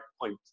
point